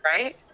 right